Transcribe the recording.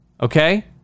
Okay